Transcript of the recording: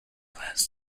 plans